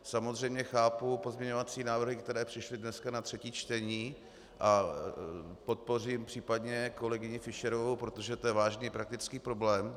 Samozřejmě chápu pozměňovací návrhy, které přišly dneska na třetí čtení, a podpořím případně kolegyni Fischerovou, protože to je vážný faktický problém.